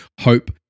hope